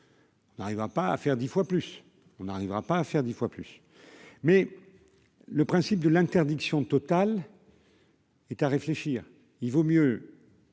on arrivera pas à faire 10 fois plus mais le principe de l'interdiction totale. Et à réfléchir, il vaut mieux.